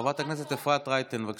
חברת הכנסת אפרת רייטן, בבקשה.